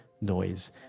Noise